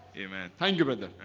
amen. thank you, brother